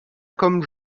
comme